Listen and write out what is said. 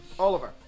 Oliver